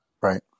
right